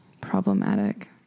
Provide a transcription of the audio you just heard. Problematic